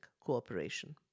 cooperation